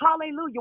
Hallelujah